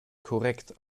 korrekt